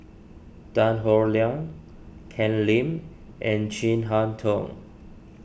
Tan Howe Liang Ken Lim and Chin Harn Tong